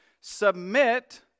submit